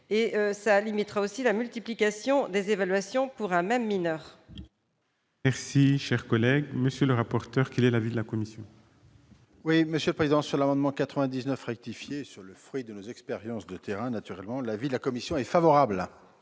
Cela limiterait aussi la multiplication des évaluations pour un même mineur.